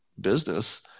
business